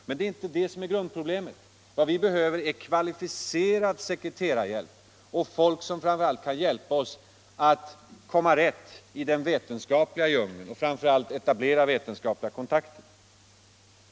Men det är inte det som är grundproblemet: Vad vi behöver är kvalificerad sekreterarhjälp och folk som kan hjälpa oss att komma till rätta i den vetenskapliga djungeln och framför allt etablera vetenskapliga kontakter.